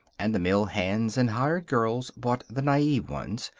and the mill hands and hired girls bought the naive ones.